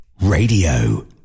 Radio